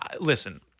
listen